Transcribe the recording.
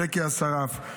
ג'קי אסרף,